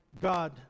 God